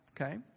okay